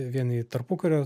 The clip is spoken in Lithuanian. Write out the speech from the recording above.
vien į tarpukario